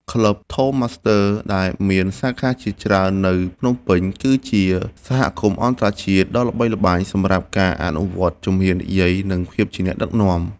ក្លឹបតូស្ដម៉ាស្ទ័រ ដែលមានសាខាជាច្រើននៅភ្នំពេញ គឺជាសហគមន៍អន្តរជាតិដ៏ល្បីល្បាញសម្រាប់ការអនុវត្តជំនាញនិយាយ និងភាពជាអ្នកដឹកនាំ។